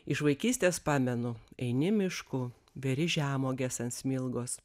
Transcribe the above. iš vaikystės pamenu eini mišku beri žemuoges ant smilgos